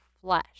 flesh